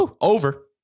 Over